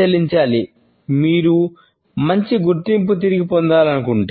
చెల్లించాలి మీరు మంచి గుర్తింపును తిరిగి పొందాలనుకుంటే